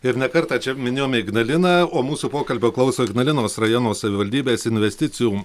ir ne kartą čia minėjome ignaliną o mūsų pokalbio klauso ignalinos rajono savivaldybės investicijum